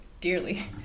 dearly